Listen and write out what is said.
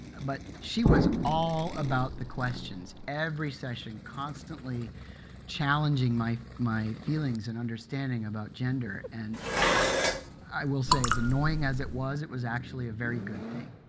but she was all about the questions every session, constantly challenging my my feelings and understanding about gender and i will say, as annoying as it, it was actually a very good thing.